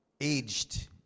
aged